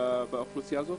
באוכלוסייה הזו.